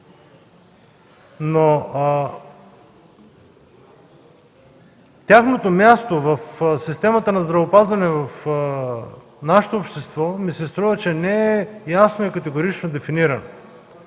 Но тяхното място в системата на здравеопазване в нашето общество ми се струва, че не е ясно и категорично дефинирано.